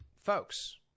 folks